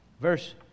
Verse